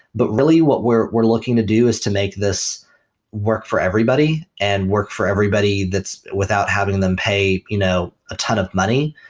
but really what we're we're looking to do is to make this work for everybody and work for everybody without having them pay you know a ton of money.